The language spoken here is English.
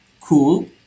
cool